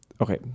Okay